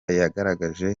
yagaragaje